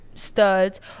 Studs